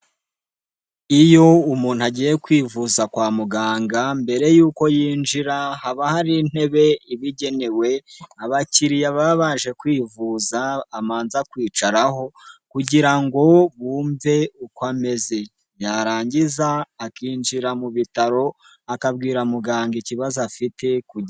Iyo umuntu agiye kwivuza kwa muganga, mbere yuko yinjira haba hari intebe iba igenewe abakiriya baba baje kwivuza abanza kwicaraho kugira ngo bumve uko ameze, yarangiza akinjira mu bitaro akabwira muganga ikibazo afite.